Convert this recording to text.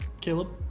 Caleb